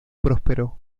prosperó